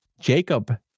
Jacob